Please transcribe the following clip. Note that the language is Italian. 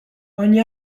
ogni